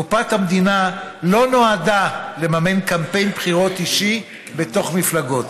קופת המדינה לא נועדה לממן קמפיין בחירות אישי בתוך מפלגות.